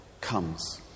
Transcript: comes